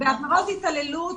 בעבירות התעללות,